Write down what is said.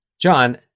John